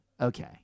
okay